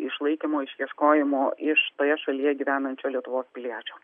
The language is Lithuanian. išlaikymo išieškojimo iš toje šalyje gyvenančio lietuvos piliečio